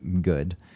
good